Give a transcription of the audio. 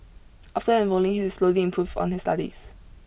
after enrolling he is slowly improved on his studies